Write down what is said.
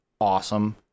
awesome